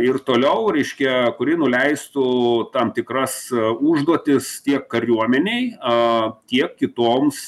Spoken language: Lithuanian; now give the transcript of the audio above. ir toliau reiškia kuri nuleistu tam tikras užduotis tiek kariuomenei o tiek kitoms